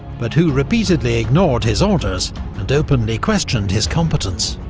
but who repeatedly ignored his orders and openly questioned his competence.